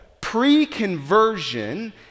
pre-conversion